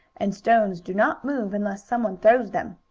and stones do not move unless someone throws them.